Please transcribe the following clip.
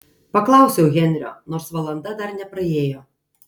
paklausiau henrio nors valanda dar nepraėjo